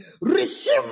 Receive